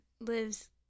lives